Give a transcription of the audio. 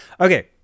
Okay